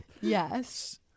Yes